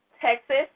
Texas